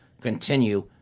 continue